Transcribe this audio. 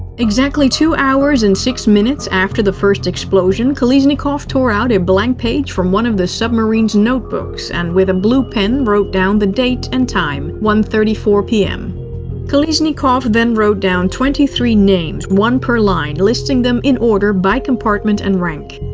exactly two hours and six minutes after the first explosion, kolesnikov tore out a blank page from one of the submarines notebooks and with a blue pen wrote down the date and time. one thirty four pm kolesnikov then wrote down twenty three names, one per line, listing them in order by compartment and rank.